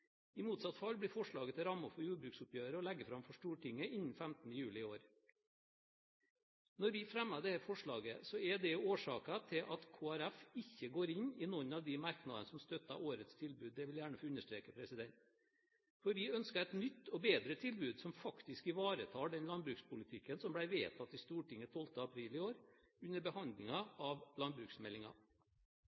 I motsatt fall blir forslaget til rammer for jordbruksoppgjøret å legge fram for Stortinget innen 15. juli i år. Når vi fremmer dette forslaget, er det også årsaken til at Kristelig Folkeparti ikke går inn i noen av de merknadene som støtter årets tilbud – det vil jeg gjerne få understreke. Vi ønsker et nytt og bedre tilbud som faktisk ivaretar den landbrukspolitikken som ble vedtatt i Stortinget 12. april i år under behandlingen av